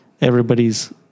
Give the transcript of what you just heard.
everybody's